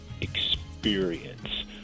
experience